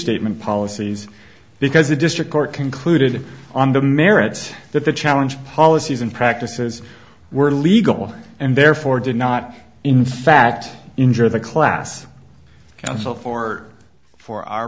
statement policies because a district court concluded on the merits that the challenge policies and practices were illegal and therefore did not in fact injure the class council for for our